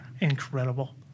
incredible